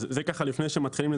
זה לפני שמתחילים.